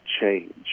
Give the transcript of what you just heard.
change